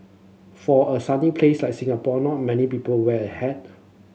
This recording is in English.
for a sunny place like Singapore not many people wear a hat